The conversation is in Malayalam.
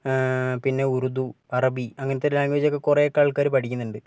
പിന്നെ ഉറുദു അറബി അങ്ങനത്തെ ലാംഗ്വേജൊക്കെ കുറേയൊക്കെ ആൾക്കാർ പഠിക്കുന്നുണ്ട്